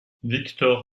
victor